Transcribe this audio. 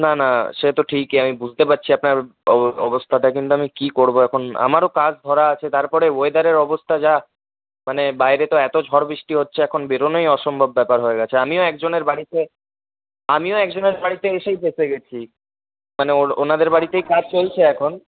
না না সে তো ঠিকই আমি বুঝতে পারছি আপনার অব অবস্থাটা কিন্তু আমি কী করব এখন আমারও কাজ ধরা আছে তারপরে ওয়েদারের অবস্থা যা মানে বাইরে তো এত ঝড় বৃষ্টি হচ্ছে এখন বেরোনোই অসম্ভব ব্যাপার হয়ে গেছে আমিও একজনের বাড়িতে আমিও একজনের বাড়িতে এসেই ফেঁসে গেছি মানে ওর ওনাদের বাড়িতেই কাজ চলছে এখন